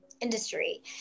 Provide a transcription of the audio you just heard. industry